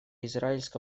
израильско